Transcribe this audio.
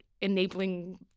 enabling